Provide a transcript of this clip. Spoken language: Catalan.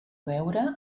veure